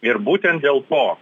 ir būtent dėl to